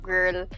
Girl